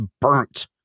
burnt